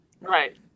Right